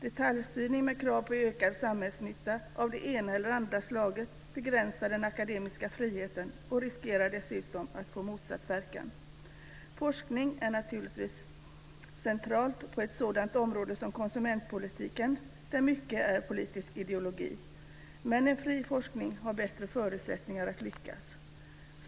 Detaljstyrning med krav på ökad samhällsnytta av det ena eller andra slaget begränsar den akademiska friheten och riskerar dessutom att få motsatt verkan. Forskning är naturligtvis centralt på ett sådant område som konsumentpolitiken, där mycket är politisk ideologi, men en fri forskning har bättre förutsättningar att lyckas.